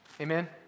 Amen